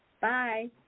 Bye